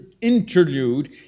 interlude